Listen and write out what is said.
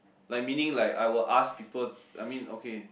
like meaning like I will ask people I mean okay